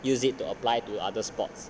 use it to apply to other sports